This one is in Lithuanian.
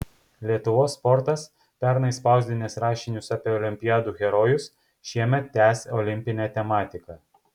lietuvos sportas pernai spausdinęs rašinius apie olimpiadų herojus šiemet tęs olimpinę tematiką